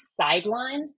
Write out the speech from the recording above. sidelined